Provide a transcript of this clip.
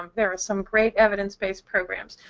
um there are some great evidence-based programs.